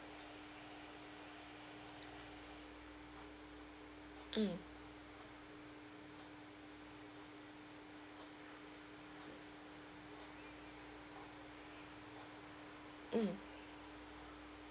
mm mm